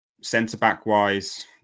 centre-back-wise